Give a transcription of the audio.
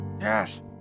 Yes